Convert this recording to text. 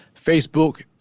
Facebook